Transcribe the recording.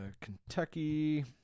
Kentucky